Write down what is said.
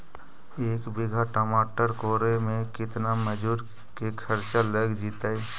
एक बिघा टमाटर कोड़े मे केतना मजुर के खर्चा लग जितै?